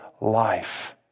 life